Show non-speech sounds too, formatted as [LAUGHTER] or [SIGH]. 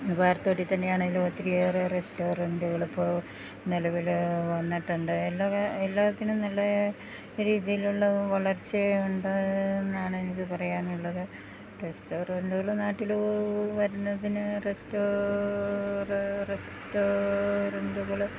[UNINTELLIGIBLE] തന്നെയാണേലും ഒത്തിരിയേറെ റെസ്റ്റോറന്റുകളിപ്പോള് നിലവില് വന്നിട്ടുണ്ട് എല്ലാത്തിനും നല്ല രീതിയിലുള്ള വളർച്ചയും ഉണ്ടെന്നാണ് എനിക്കു പറയാനുള്ളത് റെസ്റ്റോറന്റുകള് നാട്ടില് വരുന്നതിന് റെസ്റ്റോറന്റുകള്